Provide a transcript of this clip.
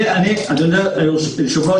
אדוני היושב-ראש,